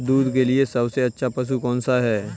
दूध के लिए सबसे अच्छा पशु कौनसा है?